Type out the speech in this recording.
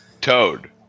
Toad